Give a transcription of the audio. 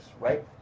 right